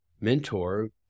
mentor